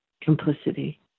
complicity